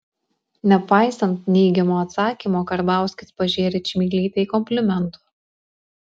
nepaisant neigiamo atsakymo karbauskis pažėrė čmilytei komplimentų